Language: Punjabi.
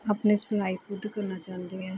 ਆਪਣੀ ਸਿਲਾਈ ਖੁਦ ਕਰਨਾ ਚਾਹੁੰਦੀ ਐਂ